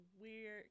weird